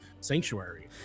sanctuary